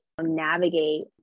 navigate